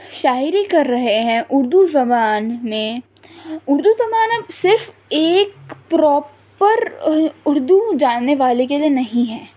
شاعری کر رہے ہیں اردو زبان میں اردو زبان اب صرف ایک پراپر اردو جاننے والے کے لیے نہیں ہیں